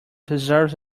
deserves